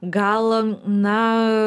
gal na